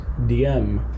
DM